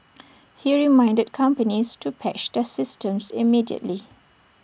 he reminded companies to patch their systems immediately